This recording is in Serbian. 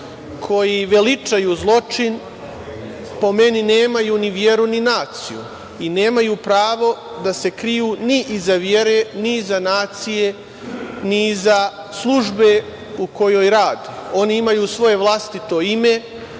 koji veličaju zločin, po meni, nemaju ni veru ni naciju i nemaju pravo da se kriju ni iza vere, ni iza nacije, ni iza službe u kojoj rade. Oni imaju svoje vlastito ime